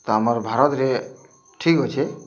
ତ ଆମର୍ ଭାରତରେ ଠିକ୍ ଅଛେ